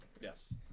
Yes